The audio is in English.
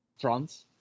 France